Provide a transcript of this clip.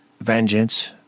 vengeance